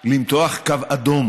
למתוח קו אדום